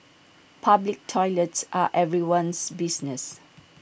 public toilets are everyone's business